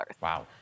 Wow